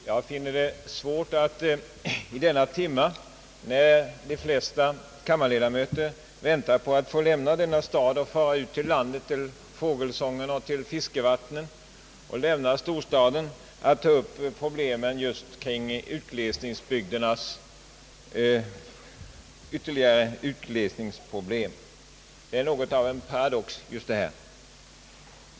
Jag finner det svårt att vid denna timme, när de flesta kammarledamöter väntar på att få lämna storstaden och fara ut till landet, till fågelsången och fiskevattnen, ta upp en diskussion om utglesningsbygdernas problem; det är ju något av en paradox.